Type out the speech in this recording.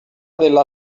della